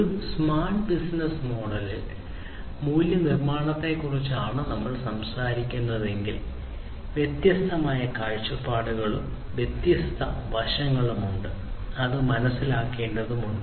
ഒരു smart business മോഡലിൽ മൂല്യനിർമ്മാണത്തെക്കുറിച്ചാണ് നമ്മൾ സംസാരിക്കുന്നതെങ്കിൽ വ്യത്യസ്തമായ കാഴ്ചപ്പാടുകളും വ്യത്യസ്ത വശങ്ങളും ഉണ്ട് അത് മനസ്സിലാക്കേണ്ടതുണ്ട്